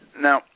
Now